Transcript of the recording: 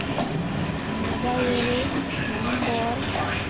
mobile number